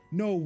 no